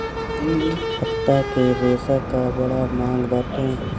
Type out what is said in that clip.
पत्ता के रेशा कअ बड़ा मांग बाटे